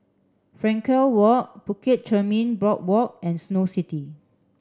Frankel Walk Bukit Chermin Boardwalk and Snow City